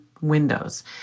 windows